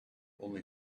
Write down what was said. only